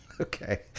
Okay